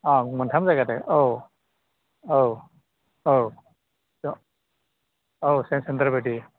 औ मोनथाम जायगादो औ औ औ बेव औ सेन्टार बायदि